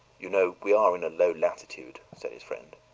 you know we are in a low latitude, said his friend.